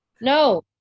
no